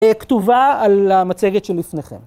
כתובה על המצגת שלפניכם.